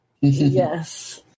Yes